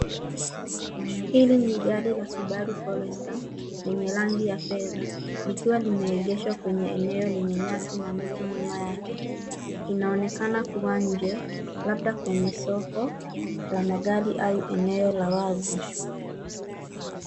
Hili ni gari la Subaru Forester lenye rangi ya fedha likiwa limeegeshwa kwenye eneo lenye nyasi na miti nyuma yake. Inaonekana kuwa nje labda kwenye soko la magari au eneo la wazi.